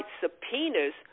subpoenas